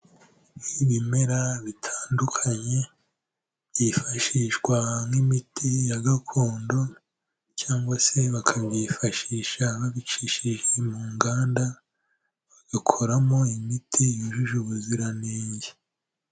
Ni ibimera bitandukanye byifashishwa nk'imiti ya gakondo, cyangwa se bakabyifashisha babicishije mu nganda, bagakoramo imiti yujuje ubuziranenge.